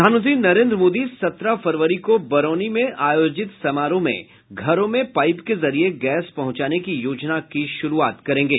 प्रधानमंत्री नरेन्द्र मोदी सत्रह फरवरी को बरौनी में आयोजित समारोह में घरों में पाईप के जरिये गैस पहुंचाने की योजना की शुरूआत करेंगे